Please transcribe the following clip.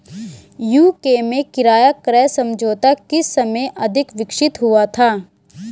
UK में किराया क्रय समझौता किस समय अधिक विकसित हुआ था?